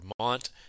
Vermont